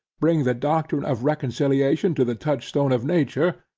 bring the doctrine of reconciliation to the touchstone of nature,